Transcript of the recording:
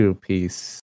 piece